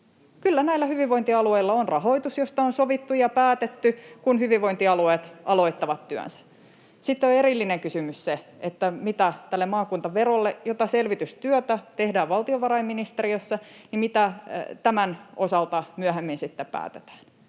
Kyllä näillä hyvinvointialueilla on rahoitus — josta on sovittu ja päätetty — kun hyvinvointialueet aloittavat työnsä. Sitten on erillinen kysymys se, mitä tämän maakuntaveron osalta, josta selvitystyötä tehdään valtiovarainministeriössä, myöhemmin päätetään,